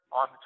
on